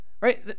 Right